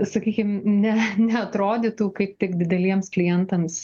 sakykim ne neatrodytų kaip tik dideliems klientams